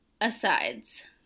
asides